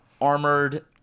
armored